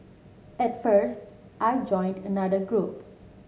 at first I joined another group